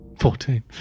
Fourteen